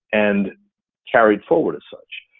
and carried forward as such.